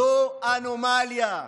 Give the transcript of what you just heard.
זו אנומליה.